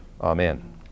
Amen